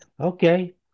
okay